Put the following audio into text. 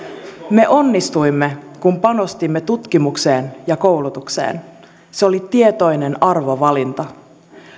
me onnistuimme kun panostimme tutkimukseen ja koulutukseen se oli tietoinen arvovalinta